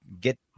get